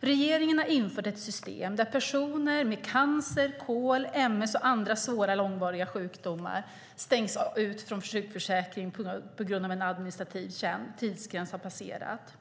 Regeringen har infört ett system där personer med cancer, kol, ms och andra svåra långvariga sjukdomar stängs ute från sjukförsäkring på grund av att en administrativ tidsgräns har passerats.